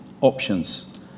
options